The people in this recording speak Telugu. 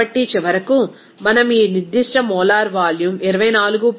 కాబట్టి చివరకు మనం ఈ నిర్దిష్ట మోలార్ వాల్యూమ్ 24